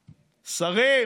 שבה,